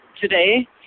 today